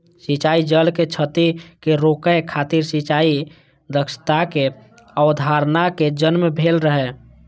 सिंचाइ जल के क्षति कें रोकै खातिर सिंचाइ दक्षताक अवधारणा के जन्म भेल रहै